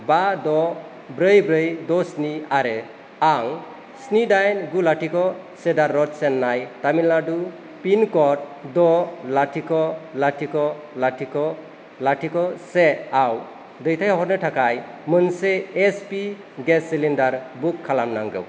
बा द' ब्रै ब्रै द' स्नि आरो आं स्नि दाइन गु लाथिख' सेडार रड चेन्नाइ तामिलनाडु पिन क'ड द' लाथिख' लाथिख' लाथिख' लाथिख' सेआव दैथायहरनो थाखाय मोनसे एसपि गेस सिलिण्डार बुक खालामनांगौ